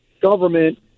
government